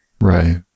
right